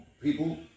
people